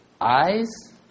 Eyes